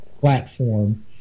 platform